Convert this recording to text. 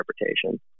interpretation